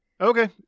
Okay